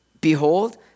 Behold